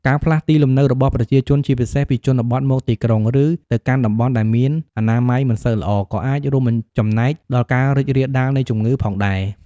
ការផ្លាស់ទីលំនៅរបស់ប្រជាជន ជាពិសេសពីជនបទមកទីក្រុង ឬទៅកាន់តំបន់ដែលមានអនាម័យមិនសូវល្អ ក៏អាចរួមចំណែកដល់ការរីករាលដាលនៃជំងឺផងដែរ។